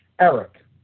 Eric